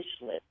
list